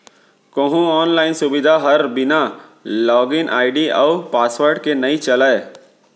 कोहूँ आनलाइन सुबिधा हर बिना लॉगिन आईडी अउ पासवर्ड के नइ चलय